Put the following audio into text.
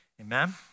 amen